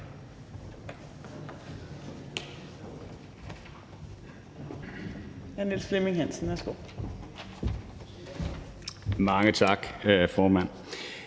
Mange tak, formand.